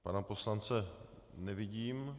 Pana poslance nevidím.